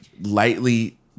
lightly